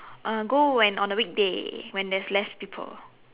uh go when on a weekday when there's less people